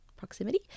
proximity